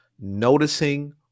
noticing